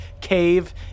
cave